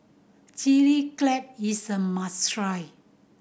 Chili Crab is a must try